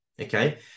Okay